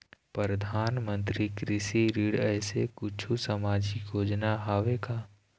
परधानमंतरी कृषि ऋण ऐसे कुछू सामाजिक योजना हावे का?